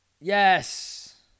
Yes